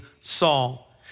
Saul